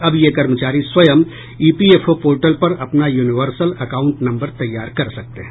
अब ये कर्मचारी स्वयं E P F O portal पर अपना यूनिवर्सल अकाउंट नम्बर तैयार कर सकते हैं